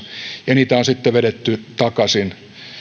ja niitä on sitten vedetty takaisin yleisradion